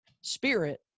spirit